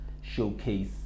showcase